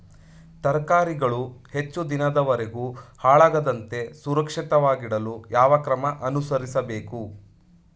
ತರಕಾರಿಗಳು ಹೆಚ್ಚು ದಿನದವರೆಗೆ ಹಾಳಾಗದಂತೆ ಸುರಕ್ಷಿತವಾಗಿಡಲು ಯಾವ ಕ್ರಮ ಅನುಸರಿಸಬೇಕು?